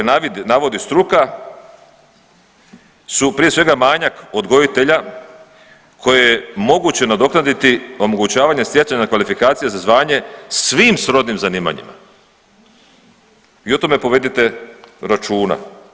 Razlozi koje navodi struka su prije svega manjak odgojitelja koje je moguće nadoknaditi omogućavanje stjecanja kvalifikacije za zvanje svim srodnim zanimanjima i o tome povedite računa.